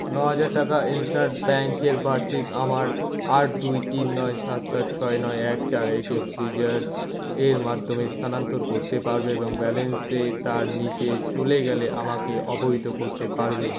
নয় হাজার টাকা ইন্ডাসইন্ড ব্যাংকে বার্ষিক আমার আট দুই তিন নয় সাত সাত ছয় নয় এক চার একে ফ্রিচার্জের মাধ্যমে স্থানান্তর করতে পারবে এবং ব্যালেন্স তার নিচে চলে গেলে আমাকে অবহিত করতে পারবে